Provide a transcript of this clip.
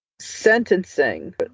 sentencing